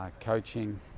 coaching